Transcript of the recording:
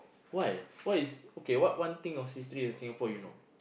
why what is okay what one thing of history of Singapore you know